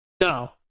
No